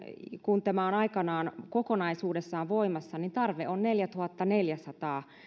kun tämä on aikanaan kokonaisuudessaan voimassa tarve on neljätuhattaneljäsataa